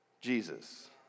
Jesus